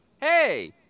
Hey